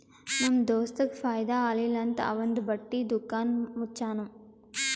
ನಮ್ ದೋಸ್ತಗ್ ಫೈದಾ ಆಲಿಲ್ಲ ಅಂತ್ ಅವಂದು ಬಟ್ಟಿ ದುಕಾನ್ ಮುಚ್ಚನೂ